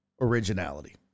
originality